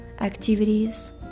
activities